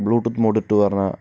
Bluetooth മോഡിട്ടുയെന്നു പറഞ്ഞാൽ